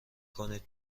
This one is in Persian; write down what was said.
کنید